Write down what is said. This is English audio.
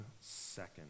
second